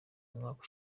umwaka